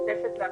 עם